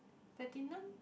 platinum